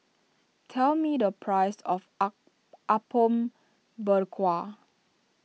tell me the price of Apom Berkuah